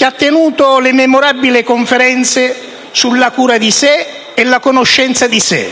che ha tenuto le memorabili conferenze sulla cura di sé e la conoscenza di sé.